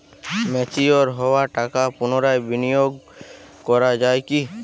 Mature হওয়া টাকা পুনরায় বিনিয়োগ করা য়ায় কি?